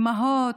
אימהות,